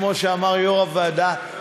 כמו שאמר יו"ר הוועדה,